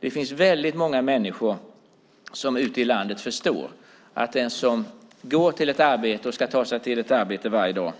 Det finns väldigt många människor ute i landet som förstår att den som ska ta sig till ett arbete varje dag